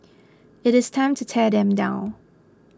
it's time to tear them down